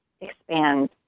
expand